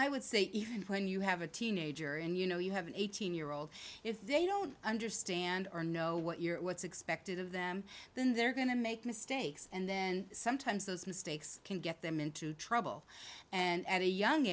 i would say even when you have a teenager and you know you have an eighteen year old if they don't understand or know what you're what's expected of them then they're going to make mistakes and then sometimes those mistakes can get them into trouble and at a young